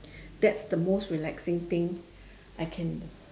that's the most relaxing thing I can